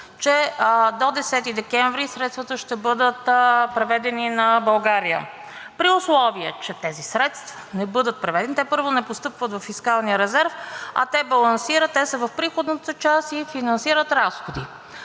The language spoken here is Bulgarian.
че до 10 декември средствата ще бъдат преведени на България. При условие че тези средства не бъдат преведени, те първо не постъпват във фискалния резерв, а те балансират, те са в приходната част и финансират разходи